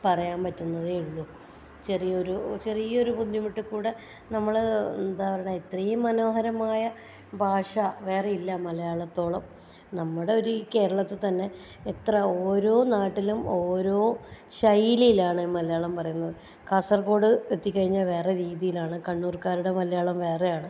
പറയാൻ പറ്റുന്നതേ ഉള്ളു ചെറിയൊരു ചെറിയ ഒരു ബുദ്ധിമുട്ടിൽക്കൂടി നമ്മൾ എന്താ പറയണെ ഇത്രയും മനോഹരമായ ഭാഷ വേറെ ഇല്ല മലയാളത്തോളം നമ്മുടെ ഒരു ഈ കേരളത്തിൽ തന്നെ എത്ര ഓരോ നാട്ടിലും ഓരോ ശൈലിയിലാണ് മലയാളം പറയുന്നത് കാസർകോഡ് എത്തി കഴിഞ്ഞാൽ വേറെ രീതിയിലാണ് കണ്ണൂർക്കാരുടെ മലയാളം വേറെയാണ്